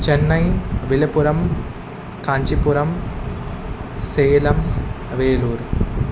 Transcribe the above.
Chennai Villupuram Kanchipuram Salem Vellore